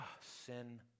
sin